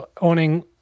owning